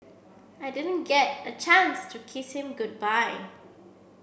I didn't get a chance to kiss him goodbye